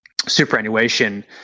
superannuation